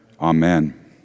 amen